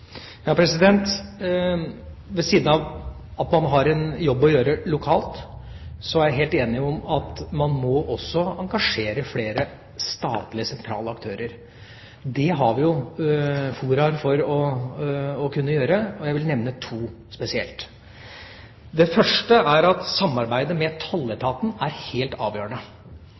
Ved siden av at man har en jobb å gjøre lokalt, er jeg helt enig i at man også må engasjere flere statlige sentrale aktører. Det har vi jo fora for å kunne gjøre, og jeg vil nevne to spesielt. Det første er at samarbeidet med tolletaten er helt avgjørende